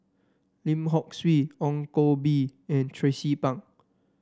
Lim Hock Siew Ong Koh Bee and Tracie Pang